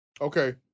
okay